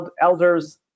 elders